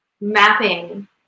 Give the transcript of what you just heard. mapping